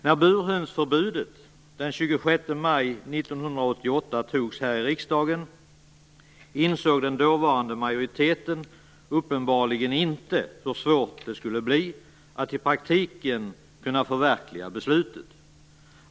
Då burhönsförbudet den 26 maj 1998 beslutades här i riksdagen insåg den dåvarande majoriteten uppenbarligen inte hur svårt det skulle bli att i praktiken förverkliga beslutet.